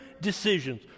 decisions